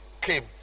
came